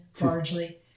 largely